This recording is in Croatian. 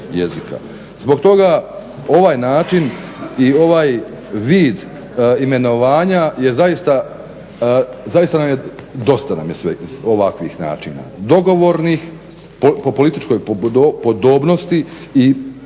Zbog toga ovaj način i ovaj vid imenovanja je zaista nam je dosta ovakvih načina dogovornih po političkoj podobnosti i zapravo